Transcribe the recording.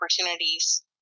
opportunities